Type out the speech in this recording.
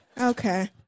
Okay